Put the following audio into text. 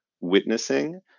witnessing